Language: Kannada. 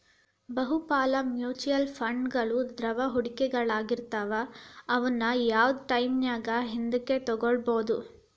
ಬಹುಪಾಲ ಮ್ಯೂಚುಯಲ್ ಫಂಡ್ಗಳು ದ್ರವ ಹೂಡಿಕೆಗಳಾಗಿರ್ತವ ಅವುನ್ನ ಯಾವ್ದ್ ಟೈಮಿನ್ಯಾಗು ಹಿಂದಕ ತೊಗೋಬೋದು